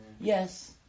Yes